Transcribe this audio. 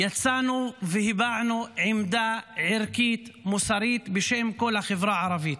יצאנו והבענו עמדה ערכית מוסרית בשם כל החברה הערבית.